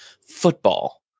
football